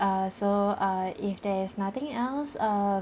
uh so uh if there's nothing else um~